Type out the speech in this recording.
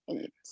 eight